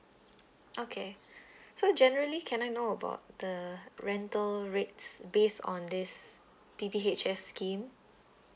okay so generally can I know about the rental rates based on this D_B_H_S scheme